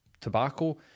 tobacco